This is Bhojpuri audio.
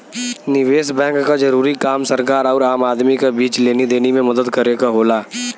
निवेस बैंक क जरूरी काम सरकार आउर आम आदमी क बीच लेनी देनी में मदद करे क होला